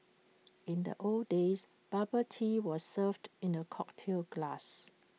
in the old days bubble tea was served in A cocktail glass